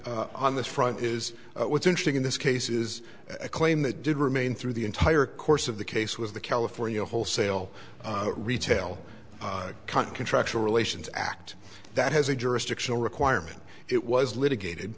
say on this front is what's interesting in this case is a claim that did remain through the entire course of the case was the california wholesale retail count contractual relations act that has a jurisdictional requirement it was litigated